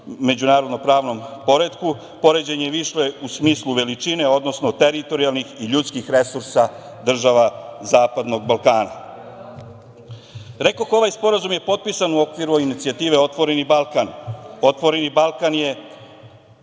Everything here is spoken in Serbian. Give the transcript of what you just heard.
međunarodnopravnom poretku. Poređenje je išlo u smislu veličine, odnosno teritorijalnih i ljudskih resursa država Zapadnog Balkana. Rekoh, ovaj sporazum je potpisan u okviru inicijative „Otvoreni Balkan“. „Otvoreni Balkan“ je